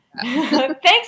thanks